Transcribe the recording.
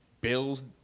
bills